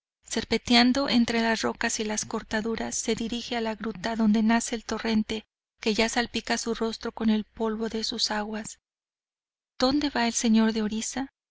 serpenteando entre las rocas y las cortaduras se dirige a la gruta donde nace el torrente que ya salpica su rostro con el polvo de sus aguas donde va el señor de orisa